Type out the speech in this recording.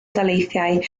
daleithiau